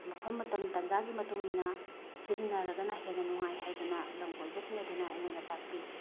ꯃꯐꯝ ꯃꯇꯝ ꯇꯥꯟꯖꯥꯒꯤ ꯃꯇꯨꯡ ꯏꯟꯅ ꯁꯤꯖꯤꯟꯅꯔꯒꯅ ꯍꯦꯟꯅ ꯅꯨꯡꯉꯥꯏ ꯍꯥꯏꯗꯅ ꯂꯝ ꯀꯣꯏꯕꯁꯤꯡ ꯑꯗꯨꯅ ꯑꯩꯉꯣꯟꯗ ꯇꯥꯛꯄꯤ